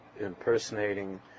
impersonating